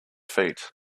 feet